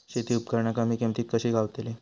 शेती उपकरणा कमी किमतीत कशी गावतली?